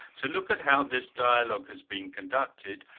to look at how this dialogue has been conducted,